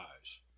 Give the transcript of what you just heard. eyes